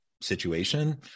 situation